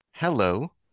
Hello